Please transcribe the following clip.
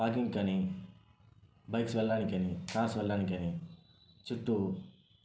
walking కానీ bikes వెళ్ళడానికి కానీ కార్స్ వెళ్ళడానికి కానీ చుట్టూ